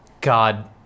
god